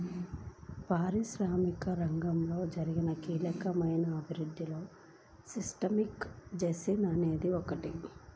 పారిశ్రామికీకరణలో జరిగిన కీలకమైన అభివృద్ధిలో స్పిన్నింగ్ జెన్నీ అనేది ఒకటి